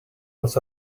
was